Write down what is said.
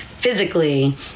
physically